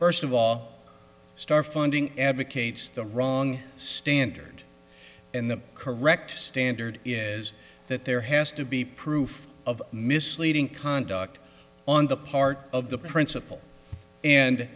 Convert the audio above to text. first of all star funding advocates the wrong standard and the correct standard is that there has to be proof of misleading conduct on the part of the principal and